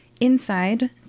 Inside